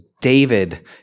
David